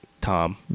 Tom